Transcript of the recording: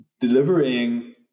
delivering